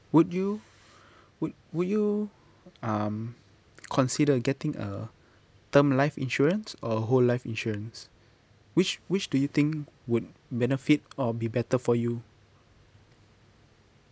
would you would would you um consider getting a term life insurance or whole life insurance which which do you think would benefit or be better for you